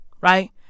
Right